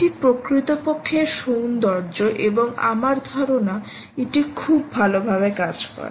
এটি প্রকৃতপক্ষে এর সৌন্দর্য এবং আমার ধারণা এটি খুব ভালভাবে কাজ করে